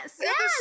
yes